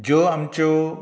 ज्यो आमच्यो